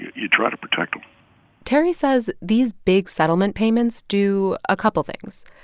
you try to protect them terry says these big settlement payments do a couple things.